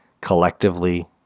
collectively